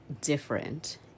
different